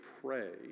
pray